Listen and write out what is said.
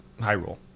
Hyrule